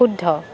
শুদ্ধ